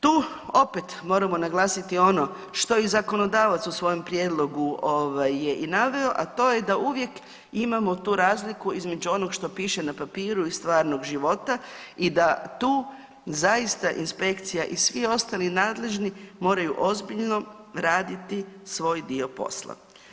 Tu opet moramo naglasiti ono što i zakonodavac u svojem prijedlogu ovaj je i naveo, a to je da uvijek imamo tu razliku između onog što piše na papiru i stvarnog života i da tu zaista inspekcija i svi ostali nadležni moraju ozbiljno raditi svoj dio posla.